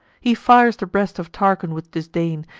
he fires the breast of tarchon with disdain,